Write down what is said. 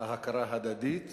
ההכרה ההדדית